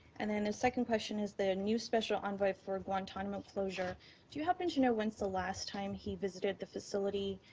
and then a second question is the new special envoy for guantanamo closure do you happen to know when's the last time he visited the facility,